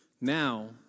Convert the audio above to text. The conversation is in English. Now